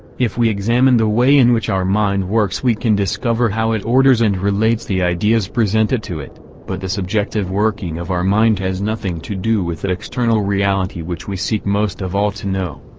if we examine the way in which our mind works we can discover how it orders and relates the ideas presented to it but the subjective working of our mind has nothing to do with that external reality which we seek most of all to know.